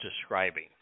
describing